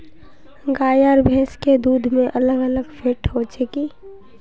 गाय आर भैंस के दूध में अलग अलग फेट होचे की?